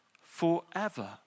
forever